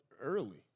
early